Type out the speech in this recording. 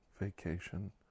vacation